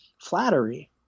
flattery